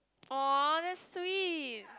!wah! that's sweet